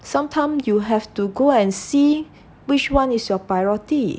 sometime you have to go and see which one is your priority